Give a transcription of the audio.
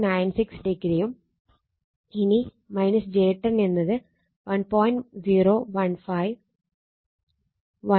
96 ഡിഗ്രിയും ഇനി j 10 എന്നത് 1